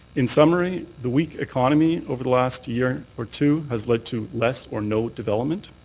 in summary, the weak economy over the last year or two has led to less or no development.